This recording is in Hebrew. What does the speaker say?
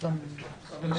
הישיבה ננעלה בשעה 11:48.